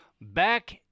back